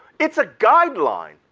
it's a guideline,